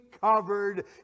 covered